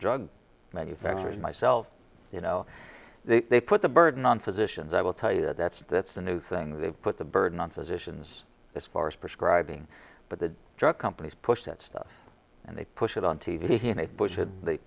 drug manufacturers myself you know they they put the burden on physicians i will tell you that that's that's the new thing they've put the burden on physicians as far as prescribing but the drug companies push that stuff and they push it on t v he made bush had they